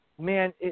man